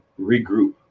Regroup